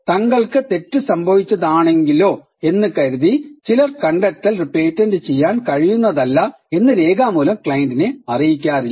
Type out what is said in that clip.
തങ്ങൾക്ക് തെറ്റ് സംഭിവിച്ചതാണെങ്കിലോ എന്ന് കരുതി ചിലർ കണ്ടെത്തൽ പേറ്റന്റ് ചെയ്യാൻ കഴിയുന്നതല്ല എന്ന് രേഖാമൂലം ക്ലയന്റിനെ അറിയിക്കാറില്ല